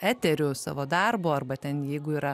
eteriu savo darbu arba ten jeigu yra